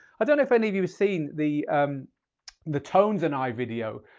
i don't know if any of you i've seen the um the tones and i video?